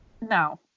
No